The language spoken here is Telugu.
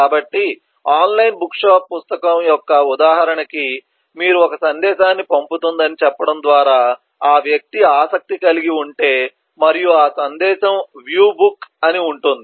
కాబట్టి ఆన్లైన్ బుక్షాప్ పుస్తకం యొక్క ఉదాహరణకి మీరు ఒక సందేశాన్ని పంపుతుందని చెప్పడం ద్వారా ఆ వ్యక్తి ఆసక్తి కలిగి ఉంటే మరియు ఆ సందేశం వ్యూ బుక్ అని ఉంటుంది